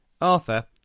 Arthur